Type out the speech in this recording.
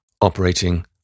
operating